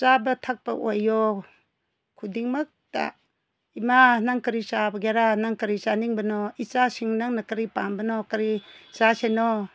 ꯆꯥꯕ ꯊꯛꯄ ꯑꯣꯏꯔꯣ ꯈꯨꯗꯤꯡꯃꯛꯇ ꯏꯃꯥ ꯅꯪ ꯀꯔꯤ ꯆꯥꯒꯦꯔꯥ ꯅꯪ ꯀꯔꯤ ꯆꯥꯅꯤꯡꯕꯅꯣ ꯏꯆꯥꯁꯤꯡ ꯅꯪꯅ ꯀꯔꯤ ꯄꯥꯝꯕꯅꯣ ꯀꯔꯤ ꯆꯥꯁꯤꯅꯣ